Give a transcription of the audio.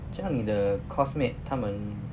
这样你的 course mate 他们